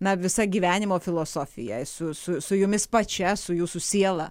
na visa gyvenimo filosofija pačia su su su jumis pačia su jūsų siela